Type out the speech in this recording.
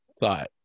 thought